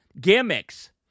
gimmicks